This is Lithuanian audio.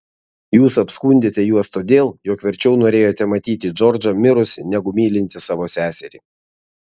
jūs apskundėte juos todėl jog verčiau norėjote matyti džordžą mirusį negu mylintį savo seserį